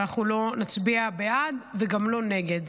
אנחנו לא נצביע בעד וגם לא נגד.